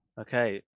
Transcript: Okay